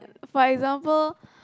for example